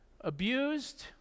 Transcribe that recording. abused